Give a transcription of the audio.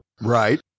Right